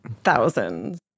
thousands